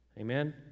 Amen